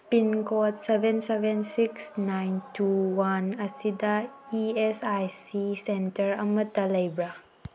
pincode seven seven six nine two one ꯑꯁꯤꯗ E S I C centre ꯑꯃꯇ ꯂꯩꯕ꯭ꯔꯥ